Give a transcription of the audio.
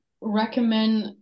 recommend